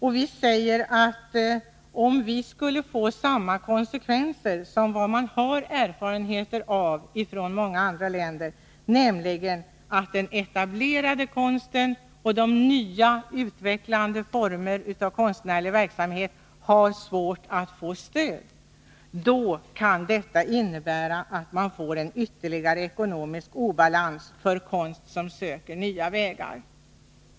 Om metoden skulle få samma konsekvenser här som i många andra länder, nämligen att den etablerade konsten och de nya, utvecklande formerna av konstnärlig verksamhet får svårt att erhålla stöd, kan det innebära en ytterligare ekonomisk obalans till nackdel för konst som söker nya vägar.